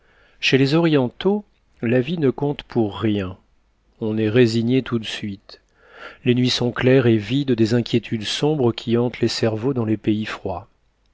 chez les orientaux la vie ne compte pour rien on est résigné tout de suite les nuits sont claires et vides de légendes les âmes aussi vides des inquiétudes sombres qui hantent les cerveaux dans les pays froids